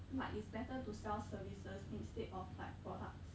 like it's better to sell services instead of like products